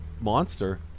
monster